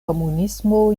komunismo